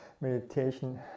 meditation